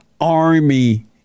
army